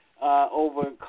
over